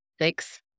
six